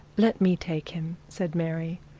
let me take him said mary.